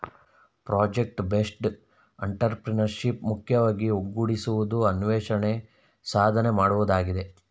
project based entrepreneurship ಮುಖ್ಯವಾಗಿ ಒಗ್ಗೂಡಿಸುವುದು, ಅನ್ವೇಷಣೆ, ಸಾಧನೆ ಮಾಡುವುದಾಗಿದೆ